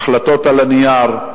החלטות על הנייר,